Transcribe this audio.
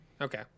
Okay